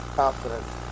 confidence